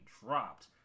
dropped